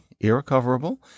irrecoverable